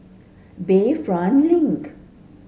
Bayfront Link